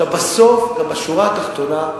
בסוף, בשורה התחתונה,